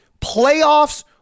playoffs